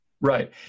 Right